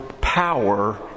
power